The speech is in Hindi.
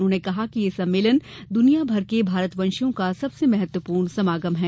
उन्होंने कहा कि यह सम्मेलन दुनियाभर के भारतवंशियों का सबसे महत्वपूर्ण समागम है